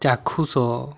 ଚାକ୍ଷୁଷ